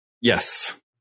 Yes